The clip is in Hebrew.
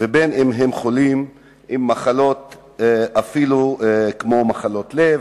ובין אם הם חולים במחלות אפילו כמו מחלות לב,